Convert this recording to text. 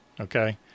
okay